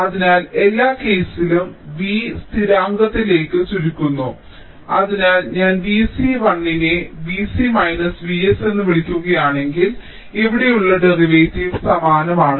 അതിനാൽ എല്ലാം ആ കേസിലേക്കും V കളെ സ്ഥിരാങ്കത്തിലേക്കും ചുരുക്കുന്നു അതിനാൽ ഞാൻ V c 1 നെ V c V s എന്ന് വിളിക്കുകയാണെങ്കിൽ ഇവിടെയുള്ള ഡെറിവേറ്റീവ് സമാനമാണ്